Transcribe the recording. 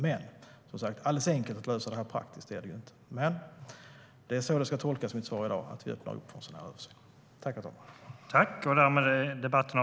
Men alldeles enkelt är det inte att lösa detta praktiskt. Men mitt svar i dag ska tolkas som att vi öppnar upp för en översyn av detta.